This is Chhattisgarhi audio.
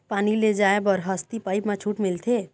पानी ले जाय बर हसती पाइप मा छूट मिलथे?